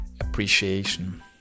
appreciation